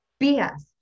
BS